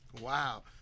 wow